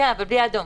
אבל בלי האדום